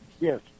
Yes